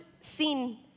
seen